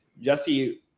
Jesse